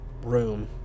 room